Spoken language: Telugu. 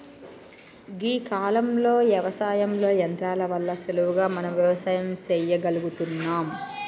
గీ కాలంలో యవసాయంలో యంత్రాల వల్ల సులువుగా మనం వ్యవసాయం సెయ్యగలుగుతున్నం